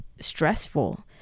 stressful